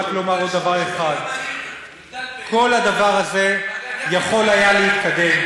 לומר רק עוד דבר אחד: כל הדבר הזה יכול היה להתקדם,